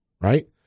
right